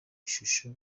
ishusho